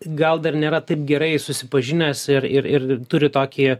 gal dar nėra taip gerai susipažinęs ir ir ir turi tokį